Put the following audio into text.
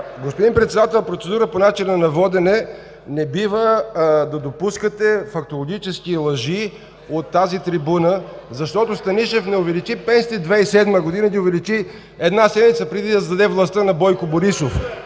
Господин Председател, процедура по начина на водене. Не бива да допускате фактологически лъжи от тази прибуна! Станишев не увеличи пенсиите в 2007 г., а ги увеличи една седмица преди да сдаде властта на Бойко Борисов.